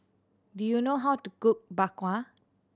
do you know how to cook Bak Kwa